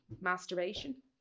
Masturbation